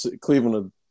Cleveland